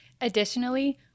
Additionally